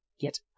Get